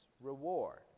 reward